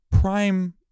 Prime